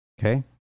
Okay